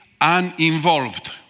uninvolved